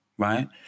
right